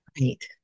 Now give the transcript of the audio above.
Right